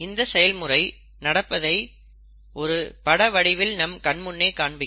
இந்த செயல்முறை நடப்பதை பட வடிவில் நம் கண்முன்னே காண்பிக்கும்